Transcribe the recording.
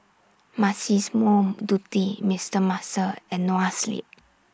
Massimo Dutti Mister Muscle and Noa Sleep